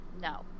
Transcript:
no